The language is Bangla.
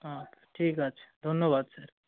আচ্ছা ঠিক আছে ধন্যবাদ স্যার